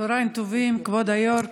צוהריים טובים, כבוד היו"ר.